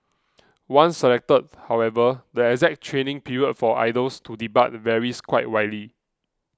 once selected however the exact training period for idols to debut varies quite widely